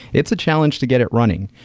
it's a challenge to get it running.